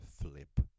Flip